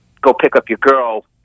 go-pick-up-your-girl